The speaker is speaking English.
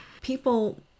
people